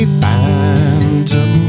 phantom